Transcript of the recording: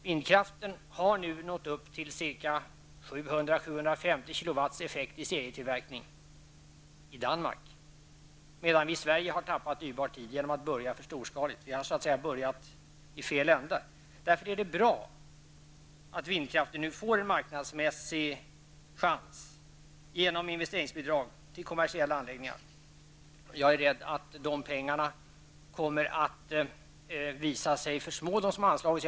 Vindkraften har nu nått upp till ca 700--750 kWh effekt i serietillverkning i Danmark. I Sverige har vi tappat dyrbar tid eftersom vi har börjat för storskaligt. Vi har börjat i fel ände. Därför är det bra att vindkraften nu får en marknadsmässig chans genom investeringsbidrag till kommersiella anläggningar. Jag är rädd att de medel som har anslagits är otillräckliga.